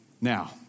Now